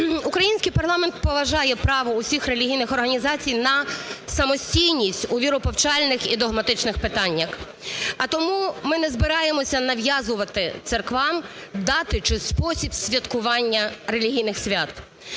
український парламент поважає право всіх релігійних організацій на самостійність у віроповчальних і догматичних питаннях. А тому ми не збираємося нав'язувати церквам дати чи спосіб святкування релігійних свят.